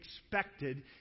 expected